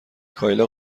کایلا